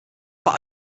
but